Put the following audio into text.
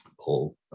pull